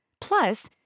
plus